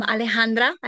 Alejandra